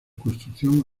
construcción